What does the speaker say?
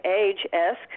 age-esque